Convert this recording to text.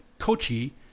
Kochi